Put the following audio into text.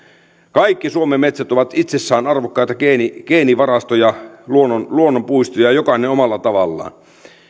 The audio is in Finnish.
kaikki suomen metsät ovat itsessään arvokkaita geenivarastoja luonnonpuistoja jokainen omalla tavallaan